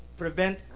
prevent